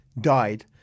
died